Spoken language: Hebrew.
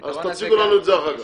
אז תציגו לנו את זה אחר כך.